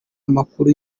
amakuru